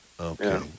Okay